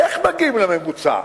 איך מגיעים לממוצע?